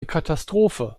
katastrophe